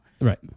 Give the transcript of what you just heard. Right